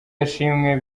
ashimwe